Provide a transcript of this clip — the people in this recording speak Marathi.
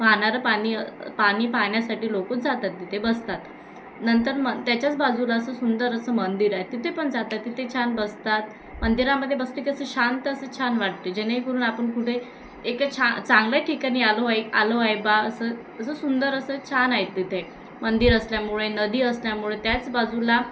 वाहणारं पाणी पाणी पाहण्यासाठी लोक जातात तिथे बसतात नंतर मग त्याच्याच बाजूला असं सुंदर असं मंदिर आहे तिथे पण जातात तिथे छान बसतात मंदिरामध्ये बसले की असं शांत असं छान वाटते जेणेकरून आपण कुठे एक छा चांगल्या ठिकाणी आलो आहे आलो आहे बा असं असं सुंदर असं छान आहे तिथे मंदिर असल्यामुळे नदी असल्यामुळे त्याच बाजूला